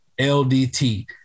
LDT